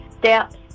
steps